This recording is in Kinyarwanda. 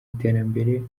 iterambere